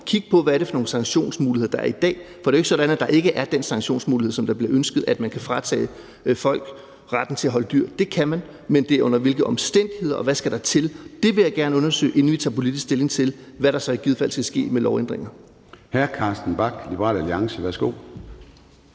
kigge på, hvad det er for nogle sanktionsmuligheder, der er i dag. For det er jo ikke sådan, at der ikke er den sanktionsmulighed, som der bliver ønsket, nemlig at man kan fratage folk retten til at holde dyr. Det kan man. Men det er under hvilke omstændigheder, man gør det, og hvad der skal til for at gøre det, og det vil jeg gerne undersøge, inden vi tager politisk stilling til, hvad der i givet fald så skal ske af lovændringer.